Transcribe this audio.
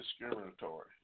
discriminatory